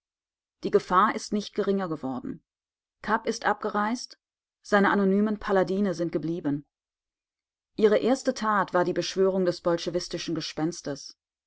die gefahr ist nicht geringer geworden kapp ist abgereist seine anonymen paladine sind geblieben ihre erste tat war die beschwörung des bolschewistischen gespenstes